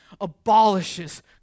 abolishes